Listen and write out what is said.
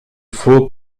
faut